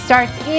Starts